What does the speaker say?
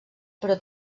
però